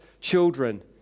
children